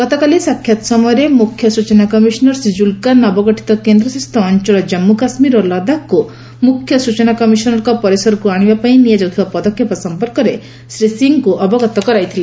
ଗତକାଲି ସାକ୍ଷାତ୍ ସମୟରେ ମୁଖ୍ୟ ସୂଚନା କମିଶନର ଶ୍ରୀ ଜୁଲକା ନବଗଠିତ କେନ୍ଦ୍ରଶାସିତ ଅଞ୍ଚଳ ଜାମ୍ଗୁ କାଶ୍ମୀର ଓ ଲଦାଖକୁ ମୁଖ୍ୟ ସୂଚନା କମିଶନରଙ୍କ ପରିସରକୁ ଆଣିବା ପାଇଁ ନିଆଯାଉଥିବା ପଦକ୍ଷେପ ସମ୍ପର୍କରେ ଶ୍ରୀ ସିଂହଙ୍କୁ ଅବଗତ କରାଇଥିଲେ